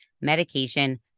medication